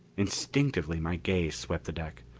instinctively my gaze swept the deck.